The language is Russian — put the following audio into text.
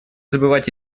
забывать